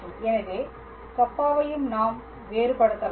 எனவே கப்பாவையும் நாம் வேறுபடுத்தலாம்